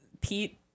Pete